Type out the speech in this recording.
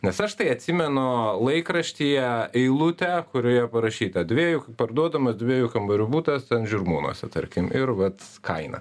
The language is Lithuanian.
nes aš tai atsimenu laikraštyje eilutę kurioje parašyta dviejų parduodamas dviejų kambarių butas žirmūnuose tarkim ir vat kaina